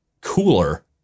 cooler